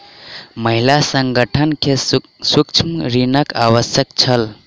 महिला संगठन के सूक्ष्म ऋणक आवश्यकता छल